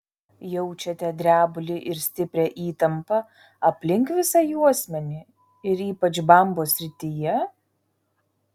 jaučiate drebulį ir stiprią įtampą aplink visą juosmenį ir ypač bambos srityje